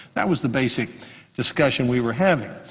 that was the basic discussion we were having.